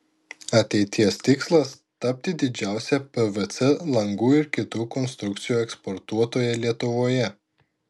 ateities tikslas tapti didžiausia pvc langų ir kitų konstrukcijų eksportuotoja lietuvoje